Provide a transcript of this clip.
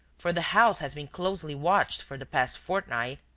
for the house has been closely watched for the past fortnight.